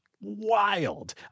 wild